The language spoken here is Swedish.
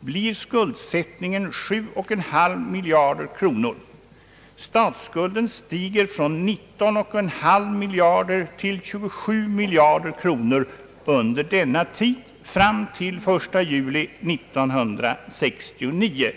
blir skuldsättningen 7,5 miljarder kronor — statsskulden stiger från 19,5 till 27 miljarder kronor fram till den 1 juli 1969.